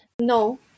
No